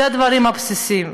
אלה דברים בסיסיים,